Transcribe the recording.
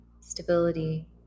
stability